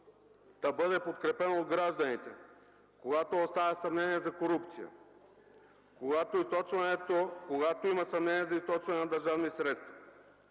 да бъде подкрепена от гражданите, когато остане съмнение за корупция, когато има съмнение за източване на държавни средства,